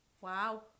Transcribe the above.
wow